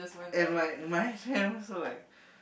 and like my hand was also like